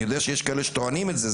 אני יודע שיש כאלה שטוענים את זה,